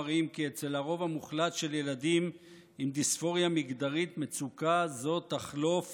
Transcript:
מראים כי אצל הרוב המוחלט של ילדים עם דיספוריה מגדרית מצוקה זאת תחלוף